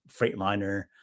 Freightliner